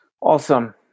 Awesome